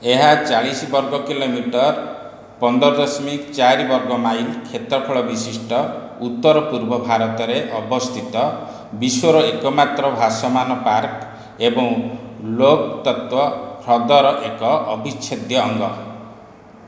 ଏହା ଚାଳିଶ ବର୍ଗ କିଲୋମିଟର ପନ୍ଦର ଦଶମିକ ଚାରି ବର୍ଗ ମାଇଲ୍ କ୍ଷେତ୍ରଫଳ ବିଶିଷ୍ଟ ଉତ୍ତର ପୂର୍ବ ଭାରତରେ ଅବସ୍ଥିତ ବିଶ୍ୱର ଏକମାତ୍ର ଭାସମାନ ପାର୍କ ଏବଂ ଲୋକ୍ତତ୍ତ୍ୱ ହ୍ରଦର ଏକ ଅବିଚ୍ଛେଦ୍ୟ ଅଙ୍ଗ